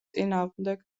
წინააღმდეგ